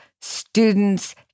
students